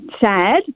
sad